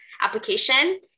application